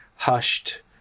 Hushed